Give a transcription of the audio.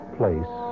place